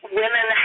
women